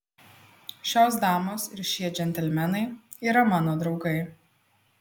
šios damos ir šie džentelmenai yra mano draugai